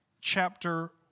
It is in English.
chapter